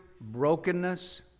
brokenness